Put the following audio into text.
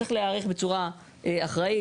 צריך להיערך בצורה אחראית,